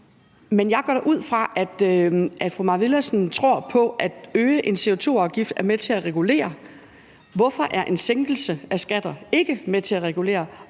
Men jeg går da ud fra, at fru Mai Villadsen tror på, at det at øge en CO2-afgift er med til at regulere udledningen. Hvorfor er en sænkelse af skatter ikke med til at regulere?